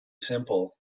simple